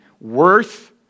Worth